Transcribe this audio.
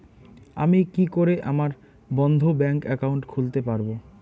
আমি কি করে আমার বন্ধ ব্যাংক একাউন্ট খুলতে পারবো?